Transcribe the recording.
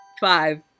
Five